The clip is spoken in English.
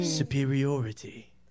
Superiority